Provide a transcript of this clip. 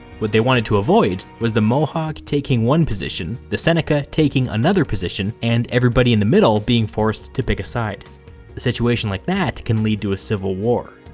what they wanted to avoid was the mohawk taking one position, the seneca taking another position, and everybody in the middle being forced to pick a side. a situation like that can lead to a civil war.